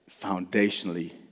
foundationally